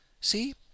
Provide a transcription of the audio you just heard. See